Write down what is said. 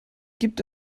gibt